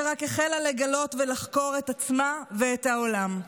שרק החלה לגלות ולחקור את עצמה ואת העולם.